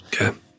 Okay